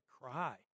cry